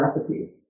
recipes